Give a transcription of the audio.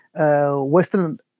Western